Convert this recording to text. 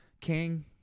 King